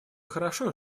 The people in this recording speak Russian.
хорошо